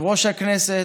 יושב-ראש הכנסת,